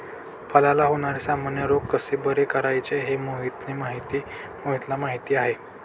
फळांला होणारे सामान्य रोग कसे बरे करायचे हे मोहितला माहीती आहे